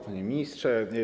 Panie Ministrze!